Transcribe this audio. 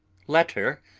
letter,